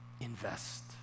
Invest